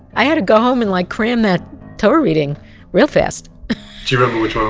i had to go home and like cram that torah reading real fast. do you remember which one